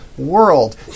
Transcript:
world